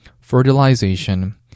fertilization